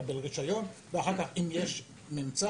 לקבל רישיון ואחר כך אם יש תגלית